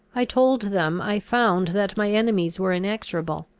i told them, i found that my enemies were inexorable,